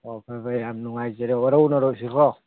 ꯑꯣ ꯐꯔꯦ ꯐꯔꯦ ꯌꯥꯝ ꯅꯨꯡꯉꯥꯏꯖꯔꯦ ꯋꯥꯔꯧꯅꯔꯣꯏꯁꯤꯀꯣ